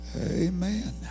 Amen